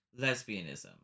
lesbianism